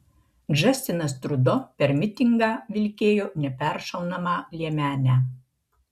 džastinas trudo per mitingą vilkėjo neperšaunamą liemenę